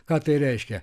ką tai reiškia